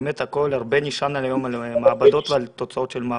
והרבה היום נשען על מעבדות ועל תוצאות של המעבדות,